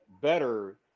better